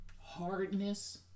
Hardness